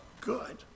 good